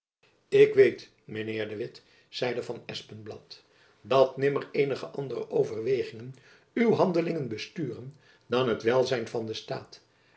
ik weet mijn heer de witt zeide van espenblad dat nimmer eenige andere overwegingen uw handelingen besturen dan het welzijn van den staat